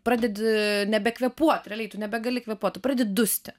pradedi nebekvėpuot realiai tu nebegali kvėpuot tu pradedi dusti